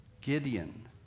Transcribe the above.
Gideon